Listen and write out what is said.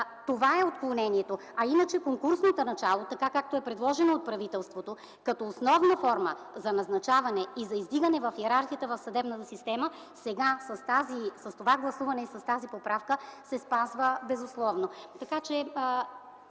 Това е отклонението. Конкурсното начало, както е предложено от правителството като основна форма за назначаване и за издигане в йерархията на съдебната система – сега с това гласуване и с тази поправка, се спазва безусловно. Мисля, че